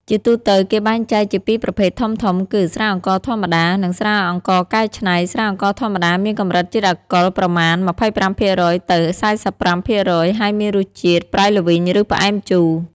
ជាទូទៅ គេបែងចែកជាពីរប្រភេទធំៗគឺ ស្រាអង្ករធម្មតា និង ស្រាអង្ករកែច្នៃ។ ស្រាអង្ករធម្មតាមានកម្រិតជាតិអាល់កុលប្រមាណ ២៥% ទៅ ៤៥% ហើយមានរសជាតិប្រៃល្វីង ឬផ្អែមជូរ។